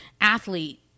athlete